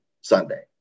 Sunday